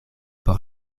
por